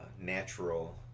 natural